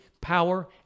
power